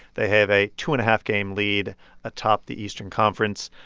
they have a two-and-a-half-game lead atop the eastern conference.